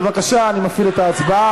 בבקשה, אני מפעיל את ההצבעה.